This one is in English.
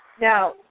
Now